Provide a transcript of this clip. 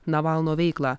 navalno veiklą